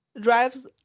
drives